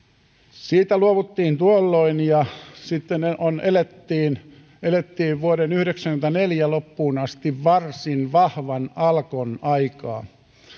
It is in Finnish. siitä luovuttiin tuolloin ja sitten elettiin elettiin vuoden yhdeksänkymmentäneljä loppuun asti varsin vahvan alkon aikaa